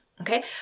Okay